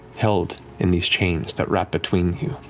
held in these chains that wrap between you,